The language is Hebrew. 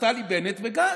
נפתלי בנט וגנץ.